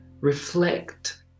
reflect